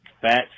Fat